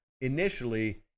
initially